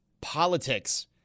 politics